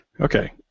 Okay